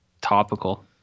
topical